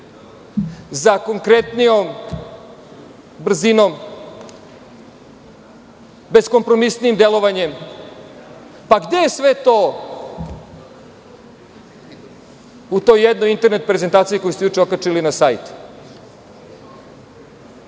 za konkretnijom brzinom, bezkompromisnijim delovanjem? Pa, gde je sve to u jednoj internet prezentaciji koju ste juče okačili na sajt? Šta